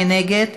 מי נגד?